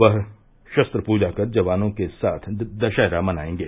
वह शस्त्र पूजा कर जवानों के साथ दशहरा मनाएंगे